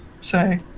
say